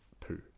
poo